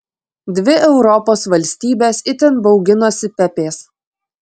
dvi europos valstybės itin bauginosi pepės